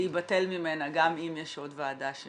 להיבטל ממנה גם אם יש עוד ועדה.